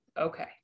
Okay